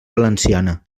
valenciana